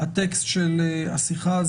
הטקסט של השיחה.